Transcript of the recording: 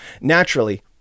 Naturally